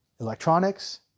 Electronics